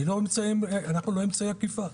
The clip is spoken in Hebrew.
אנחנו לא אמצעי אכיפה.